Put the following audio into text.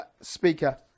speaker